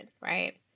right